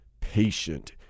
patient